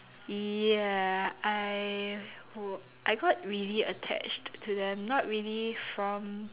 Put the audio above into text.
ya I would I got really attached to them not really from